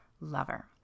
lover